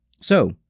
So